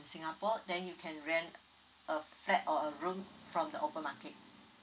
singapore then you can rent a flat or a room from the open market